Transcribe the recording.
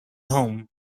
home